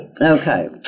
Okay